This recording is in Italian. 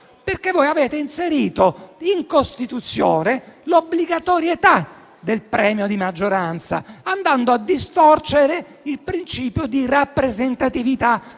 che avete inserito in Costituzione l'obbligatorietà del premio di maggioranza, andando a distorcere il principio di rappresentatività,